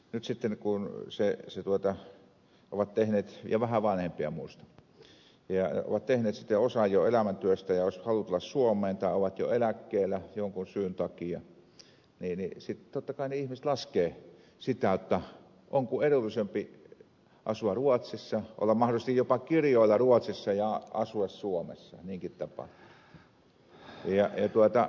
nyt sitten kun he ovat tehneet jo osan elämäntyöstään ja olisi halu tulla suomeen tai he ovat jo eläkkeellä jonkin syyn takia niin totta kai ihmiset laskevat sitä jotta onko edullisempi asua ruotsissa olla mahdollisesti jopa kirjoilla ruotsissa ja asua suomessa niinkin tapahtuu